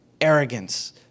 Arrogance